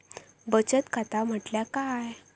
बचत खाता म्हटल्या काय?